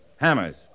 hammers